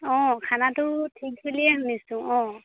অঁ খানাটো ঠিক বুলিয়ে শুনিছোঁ অঁ